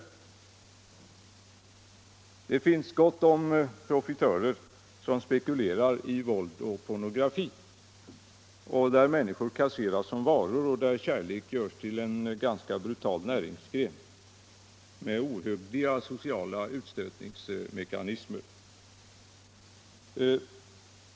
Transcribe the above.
Det finns gott om profitörer som spekulerar i våld och pornografi, där människor behandlas som varor och där kärlek görs till en ganska brutal näringsgren med ohyggliga sociala utstötningsmekanismer.